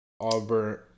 Auburn